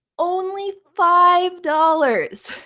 only five dollars.